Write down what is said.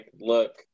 look